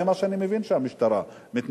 זה מה שאני מבין, כך המשטרה מתנהלת.